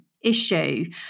issue